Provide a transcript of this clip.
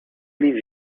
leave